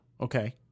Okay